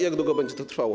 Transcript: Jak długo będzie to trwało?